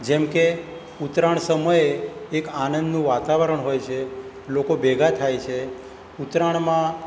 જેમ કે ઉત્તરાયણ સમયે એક આનંદનું વાતાવરણ હોય છે લોકો ભેગા થાય છે ઉત્તરાયણમાં